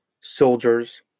Soldiers